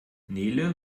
nele